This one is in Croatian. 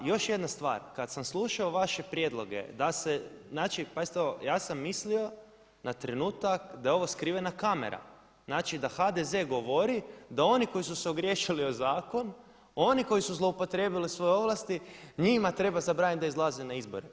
A još jedna stvar, kad sam slušao vaše prijedloge da se, znači pazite ovo ja sam mislio na trenutak da je ovo skrivena kamera, znači da HDZ govori da oni koji su se ogriješili o zakon, oni koji su zloupotrijebili svoje ovlasti njima treba zabraniti da izlaze na izbore.